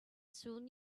soon